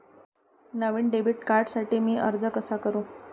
नवीन debit कार्डसाठी मी अर्ज कसा करू?